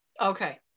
Okay